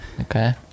Okay